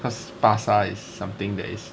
cause 巴刹 is something that is